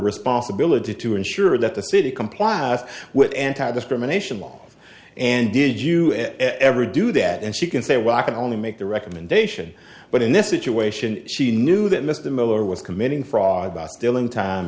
responsibility to ensure that the city comply ass with anti discrimination law and did you ever do that and she can say well i can only make the recommendation but in this situation she knew that mr miller was committing fraud by stealing time